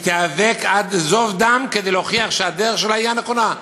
היא תיאבק עד זוב דם כדי להוכיח שהדרך שלה היא הנכונה,